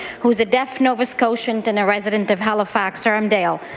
who is a deaf nova scotian and a resident of halifax armdale.